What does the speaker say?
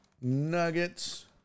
Nuggets